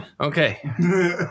Okay